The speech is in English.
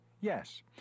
Yes